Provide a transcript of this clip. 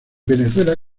venezuela